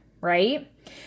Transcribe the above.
right